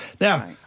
Now